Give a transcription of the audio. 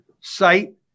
site